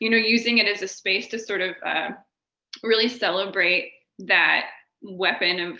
you know using it as a space to sort of really celebrate that weapon of